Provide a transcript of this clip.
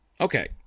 Okay